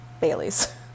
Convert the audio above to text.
Bailey's